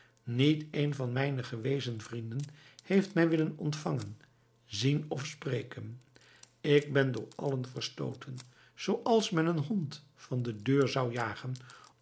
niet een van mijne gewezen vrienden heeft mij willen ontvangen zien of spreken ik ben door allen verstooten zooals men een hond van de deur zou jagen